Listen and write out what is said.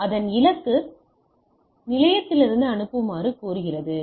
S அல்லது அதன் இலக்கு நிலையத்திற்கு அனுப்புமாறு கோருகிறது